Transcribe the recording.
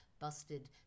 busted